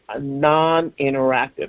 non-interactive